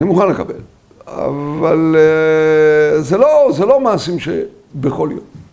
אני מוכן לקבל, אבל זה לא מעשים ש... בכל יום.